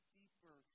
deeper